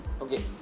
okay